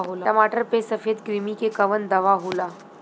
टमाटर पे सफेद क्रीमी के कवन दवा होला?